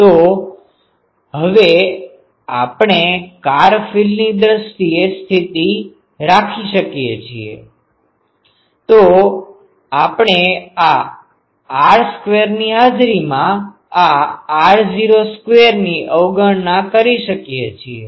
તો હવે આપણે ફાર ફિલ્ડ ની સ્થિતિ રાખીએ છીએ તો આપણે આ r સ્ક્વેરની હાજરીમાં આ r0 સ્ક્વેરની અવગણના કરી શકીએ છીએ